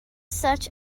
such